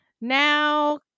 Now